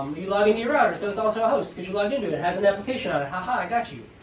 you log into you router, so it's also a host, because you logged into it. it has an application on it. ha ha, i got you.